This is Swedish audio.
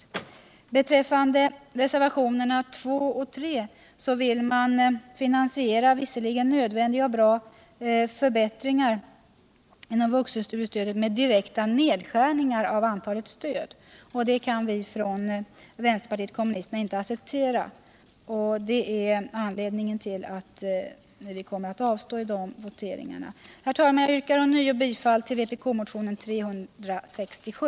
Vad gäller reservationerna 2 och 3 vill man finansiera visserligen nödvändiga och bra förbättringar inom vuxenstudiestödet med direkt nedskärning av antalet stöd. Det kan vpk inte acceptera, och det är anledningen till att vi kommer att avstå från att rösta i voteringar om detta. Herr talman! Jag yrkar ånyo bifall till vpk-motionen 367.